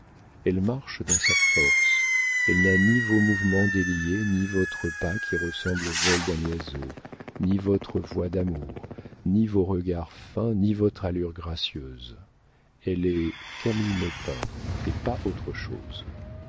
elle marche dans sa force elle n'a ni vos mouvements déliés ni votre pas qui ressemble au vol d'un oiseau ni votre voix d'amour ni vos regards fins ni votre allure gracieuse elle est camille maupin et pas autre chose